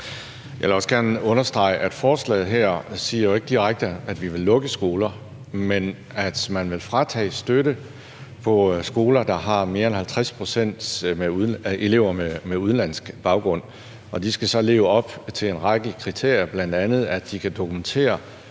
Jeg vil også gerne understrege, at forslaget her jo ikke direkte siger, at vi vil lukke skoler, men at man vil fratage støtte til skoler, der har mere end 50 pct. elever med udenlandsk baggrund. Og de skal så leve op til en række kriterier, bl.a. at de kan dokumentere,